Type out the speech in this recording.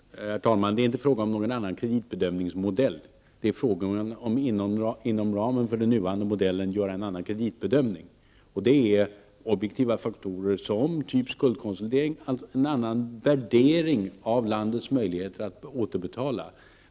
Herr talman! Det är inte fråga om någon annan kreditbedömningsmodell -- det är fråga om att inom ramen för den nuvarande modellen göra en annan kreditbedömning. Det avgörs av objektiva faktorer av typ skuldkonsolidering och en annan värdering av landets möjligheter att återbetala.